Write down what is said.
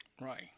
Right